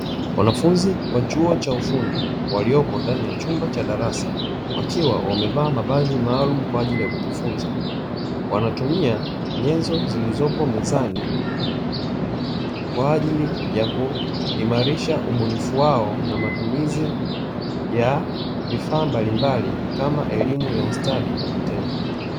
Wanafunzi wa chuo cha ufundi waliopo ndani ya chumba cha darasa wakiwa wamevaa mavazi maalumu kwa ajili ya kujifunza, wanatumia nyenzo zilizopo mezani kwa ajili ya kuimarisha ubunifu wao, na matumizi ya vifaa mbalimbali kama elimu ya ustadi na vitendo.